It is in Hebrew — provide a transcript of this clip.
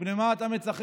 מפני מה אתה מצחק?